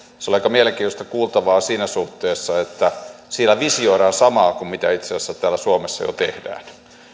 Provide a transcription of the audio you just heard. se oli aika mielenkiintoista kuultavaa siinä suhteessa että siinä visioidaan samaa kuin mitä itse asiassa täällä suomessa jo tehdään